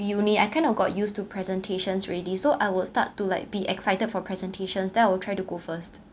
uni I kind of got used to presentations already so I would start to like be excited for presentations then I will try to go first